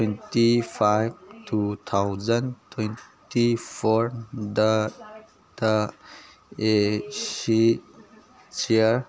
twenty five two thousand twenty fourth A C chair